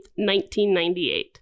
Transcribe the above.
1998